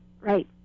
right